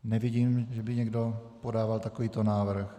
Nevidím, že by někdo podával takovýto návrh.